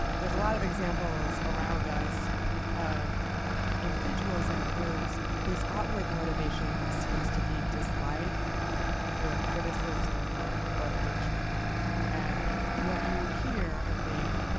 there's a lot of examples around us of individuals and groups whose outward motivation seems to be dislike or criticism or hatred and what you hear, i think,